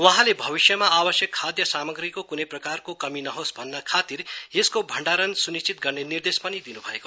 वहाँले भविष्यमा आजसम्म खाध सामग्रीको कुनै प्रकारको कमी नहोस भन्न खातिर यसको भण्डारन स्निश्चित गर्ने निर्देश पनि दिन्भयो